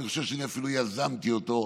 אני חושב שאני אפילו יזמתי אותו,